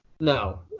No